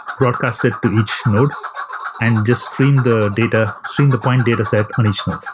broadcast it to each node and just stream the data, stream the point data set on each node.